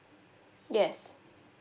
yes